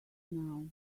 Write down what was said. now